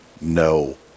no